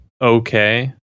okay